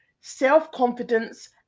self-confidence